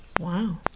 Wow